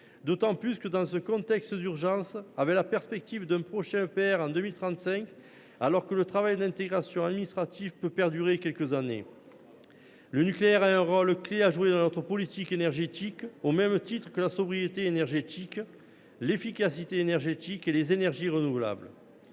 qui plus est dans ce contexte d’urgence, avec la perspective d’un prochain EPR en 2035, alors que le travail administratif d’intégration peut perdurer quelques années. Le nucléaire a un rôle clé à jouer dans notre politique énergétique, au même titre que la sobriété énergétique, l’efficacité énergétique et les énergies renouvelables.